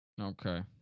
Okay